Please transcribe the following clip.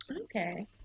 okay